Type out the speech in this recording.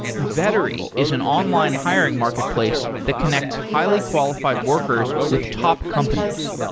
vettery is an online hiring marketplace to connect highly-qualified workers with top companies.